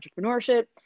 entrepreneurship